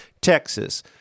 Texas